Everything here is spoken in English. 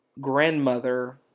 grandmother